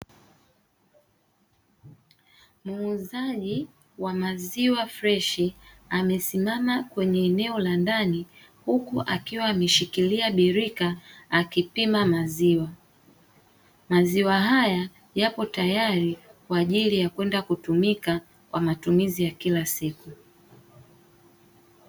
Muuzaji wa maziwa freshi amesimama katika eneo la ndani huku akiwa ameshikilia birika akipima maziwa. Maziwa haya yapo tayari kwa ajili ya kwenda kutumika kwa matumizi ya kila siku.